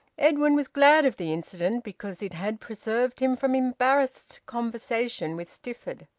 edwin was glad of the incident because it had preserved him from embarrassed conversation with stifford.